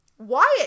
Wyatt